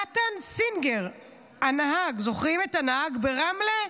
נתן סינגר הנהג, זוכרים את הנהג ברמלה?